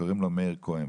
שקוראים לו מאיר כהן,